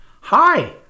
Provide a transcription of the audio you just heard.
Hi